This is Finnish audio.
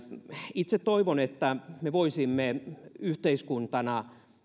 itse toivon että me voisimme yhteiskuntana